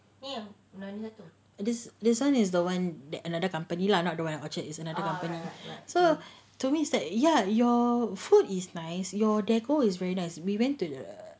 this this one is the one that another company lah not the one at orchard is another company so to me is that ya your food is nice your decoration is very nice we went to the